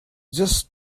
just